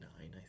nine